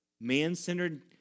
man-centered